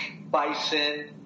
bison